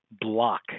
block